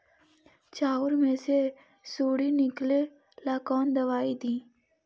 चाउर में से सुंडी निकले ला कौन दवाई दी?